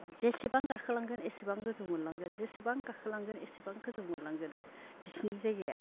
जेसेबां गाखोलांगोन एसेबां गोजौ मोनलांगोन जेसेबां गाखोलांगोन एसेबां गोजौ मोनलांगोन बिसिनि जायगाया